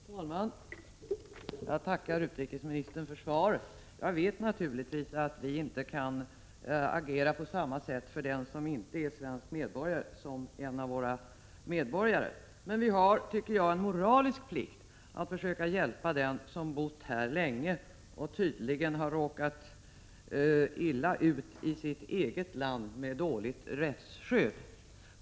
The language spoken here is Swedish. Herr talman! Jag tackar utrikesministern för svaret. Jag vet naturligtvis att vi inte kan agera på samma sätt för en som inte är svensk medborgare som för en som är det. Men, vi har, tycker jag, en moralisk plikt att försöka hjälpa den som bott här länge och tydligen råkat illa ut i sitt eget land, som har ett dåligt rättsskydd.